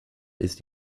ist